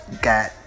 got